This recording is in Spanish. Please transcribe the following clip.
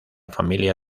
familia